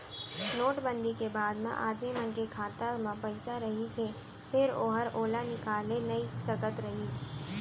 note बंदी के बाद म आदमी मन के खाता म पइसा रहिस हे फेर ओहर ओला निकाले नइ सकत रहिस